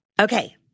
Okay